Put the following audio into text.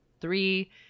three